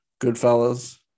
Goodfellas